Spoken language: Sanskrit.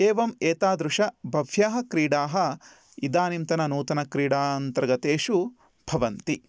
एवम् एतादृश बह्व्यः क्रीडाः इदानीन्तननूतनक्रीडान्तर्गतेषु भवन्ति